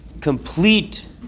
complete